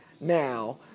now